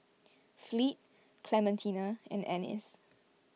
Fleet Clementina and Anice